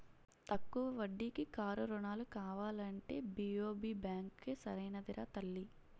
తక్కువ వడ్డీకి కారు రుణాలు కావాలంటే బి.ఓ.బి బాంకే సరైనదిరా తల్లీ